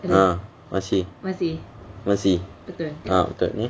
ha masih masih ha betul ni